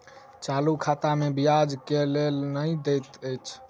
चालू खाता मे ब्याज केल नहि दैत अछि